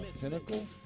Pinnacle